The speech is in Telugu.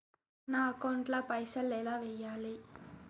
నా అకౌంట్ ల పైసల్ ఎలా వేయాలి?